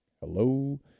Hello